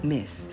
Miss